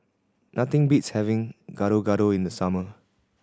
nothing beats having Gado Gado in the summer